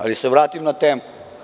Ali, da se vratim na temu.